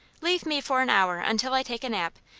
leave me for an hour until i take a nap,